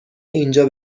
اینجا